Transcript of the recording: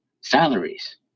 salaries